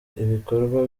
ibikorwa